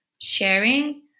sharing